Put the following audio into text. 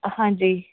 ਹਾਂਜੀ